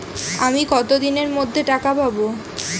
আমি কতদিনের মধ্যে টাকা পাবো?